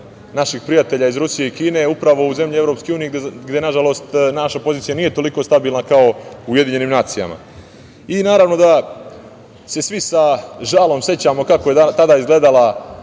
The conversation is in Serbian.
naših prijatelja iz Rusije i Kine, upravo u zemlje EU gde nažalost naša pozicija nije toliko stabilna kao u UN.Naravno da, se svi sa žalom sećamo kako je tada izgledala